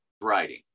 writing